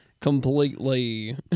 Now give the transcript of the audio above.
completely